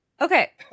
Okay